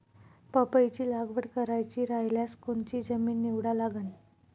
पपईची लागवड करायची रायल्यास कोनची जमीन निवडा लागन?